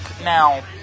now